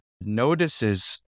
notices